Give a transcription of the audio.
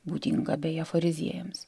būdinga beje fariziejams